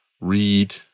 read